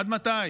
עד מתי?